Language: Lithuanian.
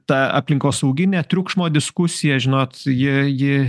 tą aplinkosauginę triukšmo diskusiją žinot ji ji